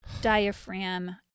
diaphragm